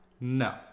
no